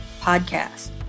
podcast